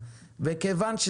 וזה